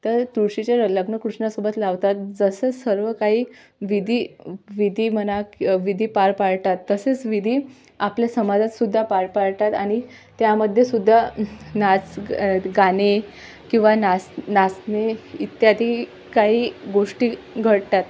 तर तुळशीचे र लग्न कृष्णासोबत लावतात जसं सर्व काही विधी विधी म्हणा विधी पार पाडतात तसेच विधी आपल्या समाजात सुद्धा पार पाडतात आणि त्यामध्ये सुद्धा नाच गाणे किंवा नाच नाचणे इत्यादी काही गोष्टी घडतात